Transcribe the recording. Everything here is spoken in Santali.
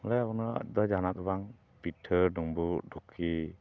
ᱵᱟᱰᱟᱭᱟᱢ ᱚᱱᱟ ᱫᱚ ᱡᱟᱦᱟᱱᱟᱜ ᱵᱟᱝ ᱯᱤᱴᱷᱟᱹ ᱰᱩᱢᱵᱩᱜ ᱰᱷᱩᱠᱤ